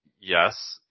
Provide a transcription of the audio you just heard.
yes